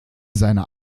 seiner